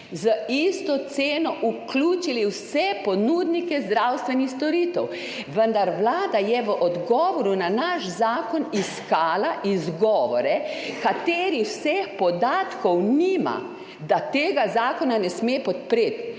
za isto ceno vključili vse ponudnike zdravstvenih storitev. Vendar Vlada je v odgovoru na naš zakon iskala izgovore, katerih podatkov nima, da tega zakona ne sme podpreti.